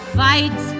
fight